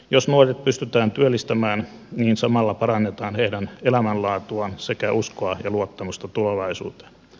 jos nuoret pystytään työllistämään niin samalla parannetaan heidän elämänlaatuaan sekä uskoa ja luottamusta tulevaisuuteen